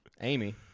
Amy